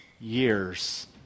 years